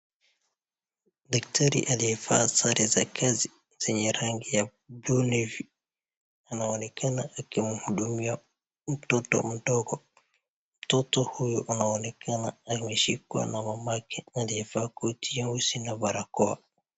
Daktari aliyevaa sare za kazi zenye rangi ya blue navy anaonekana akimhudumia mtoto mdogo mtoto huyu anaonekana ameshikwa na mamake aliyevaa koti ya usi na barakoa